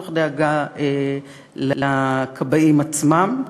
תוך דאגה לכבאים עצמם,